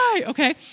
okay